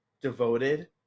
devoted